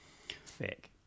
thick